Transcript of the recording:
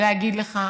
ולהגיד לך